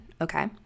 Okay